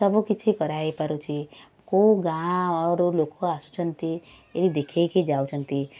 ସବୁ କିଛି କରା ହେଇପାରୁଛି କେଉଁ ଗାଁରୁ ଲୋକ ଆସୁଛନ୍ତି ଏଇଠି ଦେଖେଇକି ଯାଉଛନ୍ତି